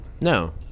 No